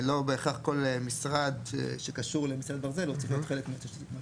לא בהכרח כל משרד שקשור למסילת ברזל הוא צריך להיות חלק מה-"הטבות",